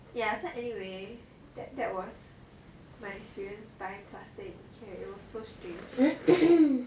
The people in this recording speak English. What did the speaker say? ya so anyway that was my experience buying plaster it was so strange